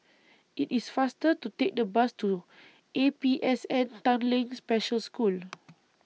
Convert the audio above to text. IT IS faster to Take The Bus to A P S N Tanglin Special School